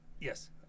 Yes